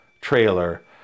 trailer